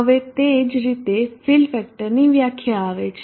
હવે તે જ રીતે ફીલ ફેક્ટરની વ્યાખ્યા આવે છે